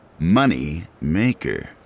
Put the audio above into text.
Moneymaker